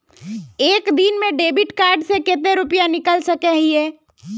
एक दिन में डेबिट कार्ड से कते रुपया निकल सके हिये?